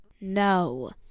No